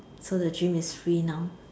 so the gym is free now